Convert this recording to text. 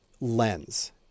lens